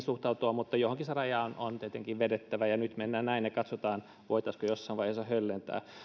suhtautua johonkin se raja on on tietenkin vedettävä ja nyt mennään näin ja katsotaan voitaisiinko jossain vaiheessa höllentää